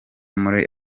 muri